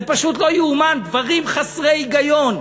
זה פשוט לא ייאמן, דברים חסרי היגיון.